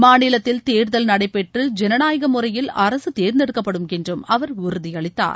மாநிலத்தில் தேர்தல் நடைபெற்று ஜனநாயக முறையில் அரசு தேர்ந்தெடுக்கப்படும் என்று அவர் உறுதிபளித்தார்